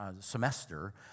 semester